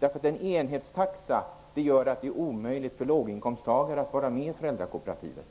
att en enhetstaxa gjorde det omöjligt för låginkomsttagare att vara med i föräldrakooperativet.